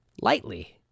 Lightly